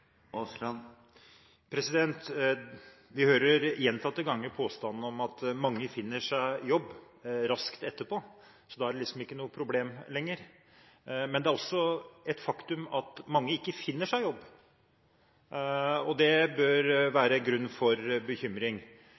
Vi hører gjentatte ganger påstanden om at mange finner seg jobb raskt etterpå, så da er det liksom ikke noe problem lenger. Men det er også et faktum at mange ikke finner seg jobb, og det bør være grunn til bekymring.